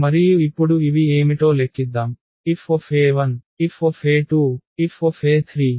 మరియు ఇప్పుడు ఇవి ఏమిటో లెక్కిద్దాం Fe1Fe2Fe3Fe4